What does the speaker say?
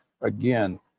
again